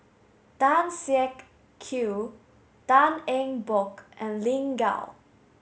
Tan Siak Kew Tan Eng Bock and Lin Gao